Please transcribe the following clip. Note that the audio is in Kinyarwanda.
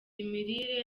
imirire